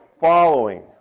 Following